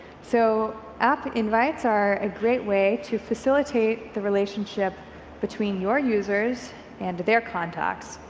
so app invites are a great way to facilitate the relationship between your users and their contacts